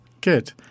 Good